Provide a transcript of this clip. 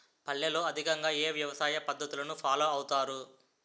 పల్లెల్లో అధికంగా ఏ వ్యవసాయ పద్ధతులను ఫాలో అవతారు?